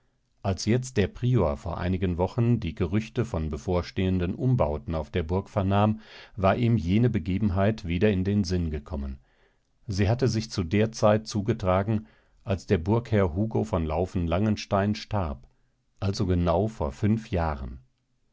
als jetzt der prior vor einigen wochen die gerüchte von bevorstehenden umbauten auf der burg vernahm war ihm jene begebenheit wieder in den sinn gekommen sie hatte sich zu der zeit zugetragen als der burgherr hugo von laufen langenstein starb also genau vor fünf jahren